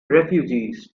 refugees